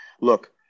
look